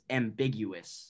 ambiguous